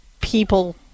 people